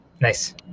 Nice